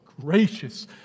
gracious